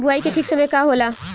बुआई के ठीक समय का होला?